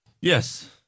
Yes